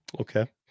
Okay